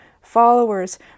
followers